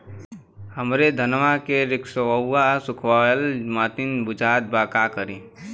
हमरे धनवा के सीक्कउआ सुखइला मतीन बुझात बा का करीं?